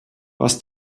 was